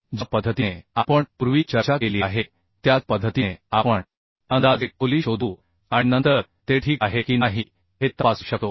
ज्या पद्धतीने आपण पूर्वी चर्चा केली आहे त्याच पद्धतीने आपण अंदाजे खोली शोधू आणि नंतर ते ठीक आहे की नाही हे तपासू शकतो